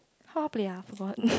how to play uh forgot